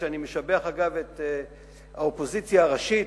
אני משבח את האופוזיציה הראשית,